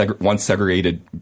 once-segregated